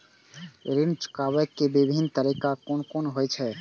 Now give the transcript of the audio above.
ऋण चुकाबे के विभिन्न तरीका कुन कुन होय छे?